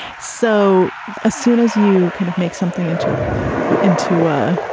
so as soon as you kind of make something into a into a